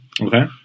Okay